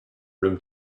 room